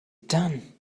done